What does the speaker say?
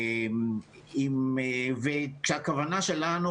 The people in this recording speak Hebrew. כשהכוונה שלנו